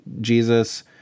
Jesus